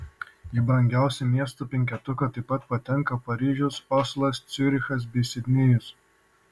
į brangiausių miestų penketuką taip pat patenka paryžius oslas ciurichas bei sidnėjus